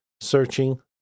searching